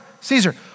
Caesar